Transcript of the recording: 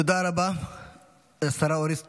תודה רבה לשרה אורית סטרוק.